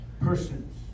persons